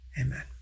Amen